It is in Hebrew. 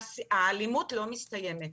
האלימות לא מסתיימת.